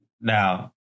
now